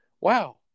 wow